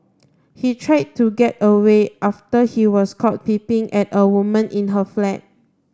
he tried to get away after he was caught peeping at a woman in her flat